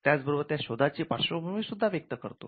त्याच बरोबर त्या शोधाची पार्श्वभूमी सुद्धा व्यक्त करतो